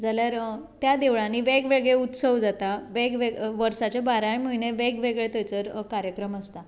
जाल्यार त्या देवळांनी वेगवेगळें उत्सव जाता वेगवेगळ्या वर्सांच्या बाराय म्हयने वेगवेगळें थंयसर कार्यक्रम आसता